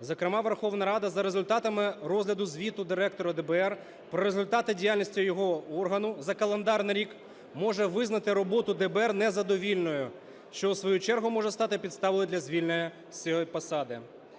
Зокрема Верховна Рада за результатами розгляду звіту Директора ДБР про результати діяльності його органу за календарний рік може визнати роботу ДБР незадовільною, що в свою чергу може стати підставою для звільнення з цієї посади.